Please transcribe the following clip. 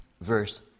verse